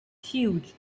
huge